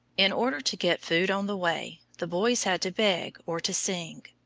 in order to get food on the way, the boys had to beg or to sing.